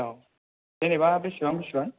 औ जेन'बा बिसिबां बिसिबां